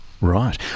Right